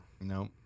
No